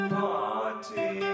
party